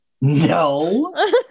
No